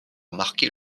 marquer